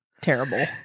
terrible